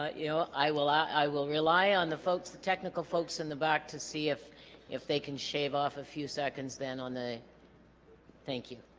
ah you know i will i will rely on the folks the technical folks in the back to see if if they can shave off a few seconds then on the thank you